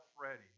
ready